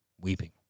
weeping